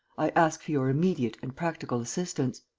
i ask for your immediate and practical assistance.